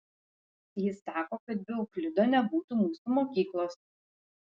jis sako kad be euklido nebūtų mūsų mokyklos